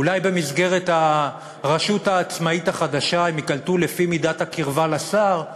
אולי במסגרת הרשות העצמאית החדשה הם ייקלטו לפי מידת הקרבה לשר?